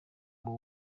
w’u